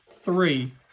three